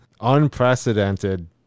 unprecedented